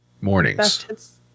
Mornings